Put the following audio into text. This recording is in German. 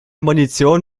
munition